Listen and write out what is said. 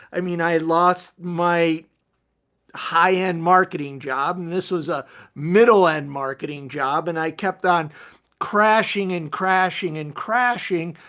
i mean, i lost my high-end marketing job and this was a middle-end marketing job and i kept on crashing and crashing and crashing.